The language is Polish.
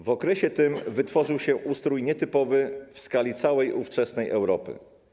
W okresie tym wytworzył się ustrój nietypowy w skali całej ówczesnej Europy.